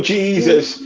Jesus